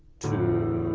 two.